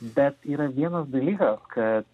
bet yra vienas dalykas kad